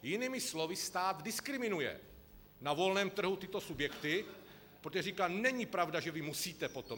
Jinými slovy, stát diskriminuje na volném trhu tyto subjekty, protože říká: Není pravda, že vy musíte potom.